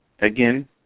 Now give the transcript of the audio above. Again